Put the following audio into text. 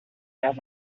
out